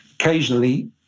occasionally